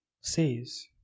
says